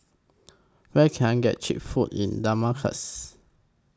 Where Can I get Cheap Food in Damascus